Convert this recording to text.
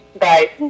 Bye